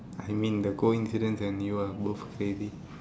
I mean the coincidence and you are both crazy